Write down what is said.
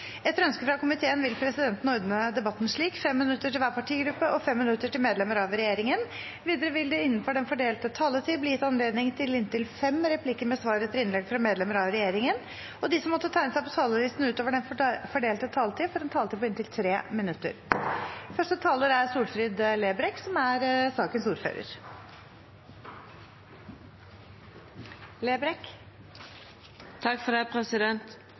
Etter ønske fra arbeids- og sosialkomiteen vil presidenten ordne debatten slik: 5 minutter til hver partigruppe og 5 minutter til medlemmer av regjeringen. Videre vil det – innenfor den fordelte taletid – bli gitt anledning til replikkordskifte på inntil fem replikker med svar etter innlegg fra medlemmer av regjeringen, og de som måtte tegne seg på talerlisten utover den fordelte taletid, får en taletid på inntil 3 minutter. Som ordførar for denne saka om opprydding i innleigeregelverket vil eg takka komiteen for eit godt samarbeid. Dette er